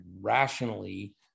rationally